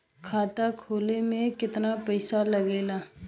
खाता खोले में कितना पईसा लगेला?